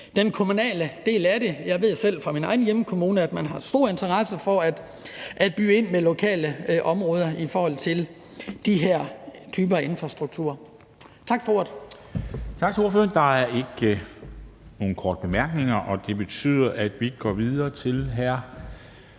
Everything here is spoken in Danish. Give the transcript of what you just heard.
den kommunale del af det. Jeg ved selv fra min egen hjemkommune, at man har stor interesse for at byde ind med lokale områder i forhold til de her typer af infrastruktur. Tak for ordet.